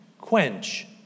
quench